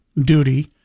duty